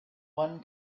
one